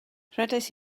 rhedais